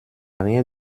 rien